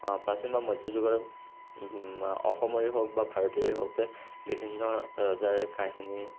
প্ৰাচীন বা মধ্য যুগৰ অসমৰে হওক বা ভাৰতৰে হওক বিভিন্ন ৰজাৰ কাহিনী